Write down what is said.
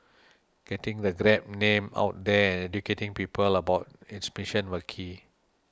getting the Grab name out there and educating people about its mission were key